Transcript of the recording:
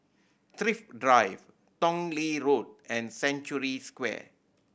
Thrift Drive Tong Lee Road and Century Square